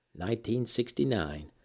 1969